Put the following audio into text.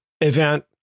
event